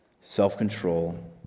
self-control